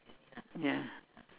ya